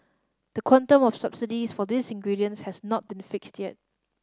the quantum of subsidies for these ingredients has not been fixed yet